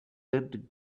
red